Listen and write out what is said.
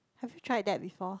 have you tried that before